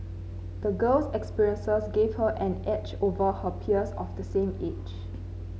the girl's experiences gave her an edge over her peers of the same age